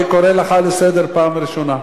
אני קורא אותך לסדר פעם ראשונה.